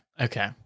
Okay